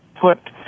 put